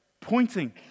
pointing